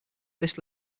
this